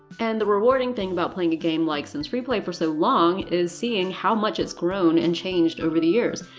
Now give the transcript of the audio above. and the rewarding thing about playing a game like sims freeplay for so long is seeing how much it's grown and changed over the years.